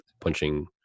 punching